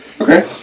Okay